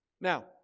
Now